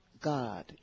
God